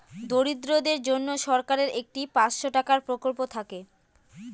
দরিদ্রদের জন্য সরকারের একটি পাঁচশো টাকার প্রকল্প থাকে